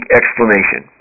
explanation